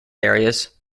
areas